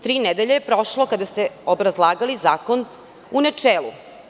Tri nedelje je prošlo od kada ste obrazlagali zakon u načelu.